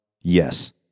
yes